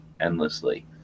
endlessly